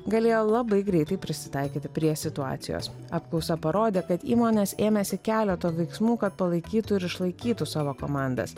galėjo labai greitai prisitaikyti prie situacijos apklausa parodė kad įmonės ėmėsi keleto veiksmų kad palaikytų ir išlaikytų savo komandas